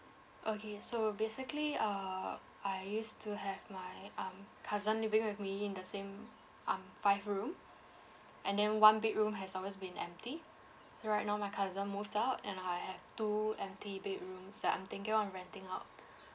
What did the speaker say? okay so basically err I used to have my um cousin living with me in the same um five room and then one bedroom has always been empty so right now my cousin moved out and now I have two empty bedrooms that I'm thinking of renting out